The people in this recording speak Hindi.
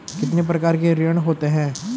कितने प्रकार के ऋण होते हैं?